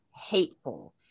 hateful